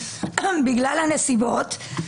בגלל הנסיבות,